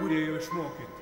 kūrėjo išmokyti